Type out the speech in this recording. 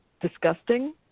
disgusting